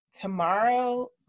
tomorrow